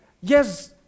yes